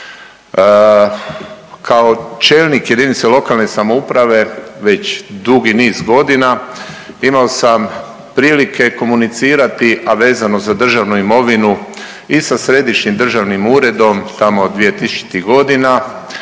Kao čelnik jedinice lokalne samouprave već dugi niz godina imao sam prilike komunicirati, a vezano za državnu imovinu i sa Središnjim državnim uredom tamo 2000.-ih godina,